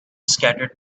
scattered